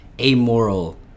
amoral